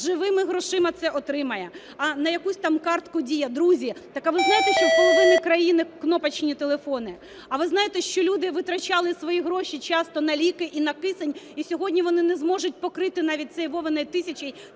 неживими грошима це отримає, а на якусь там картку Дія. Друзі, так, а ви знаєте, що у половини країни кнопочні телефони? А ви знаєте, що люди витрачали свої гроші часто на ліки і на кисень? І сьогодні вони не зможуть покрити навіть цією "Вовиною тисячею"